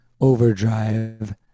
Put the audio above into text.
overdrive